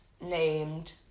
named